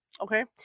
okay